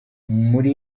muri